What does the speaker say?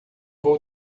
vou